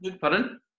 Pardon